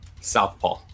Southpaw